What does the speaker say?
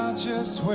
just